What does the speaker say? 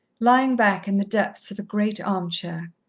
lying back in the depths of a great arm-chair.